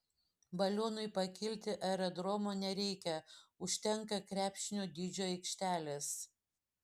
balionui pakilti aerodromo nereikia užtenka krepšinio dydžio aikštelės